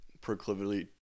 proclivity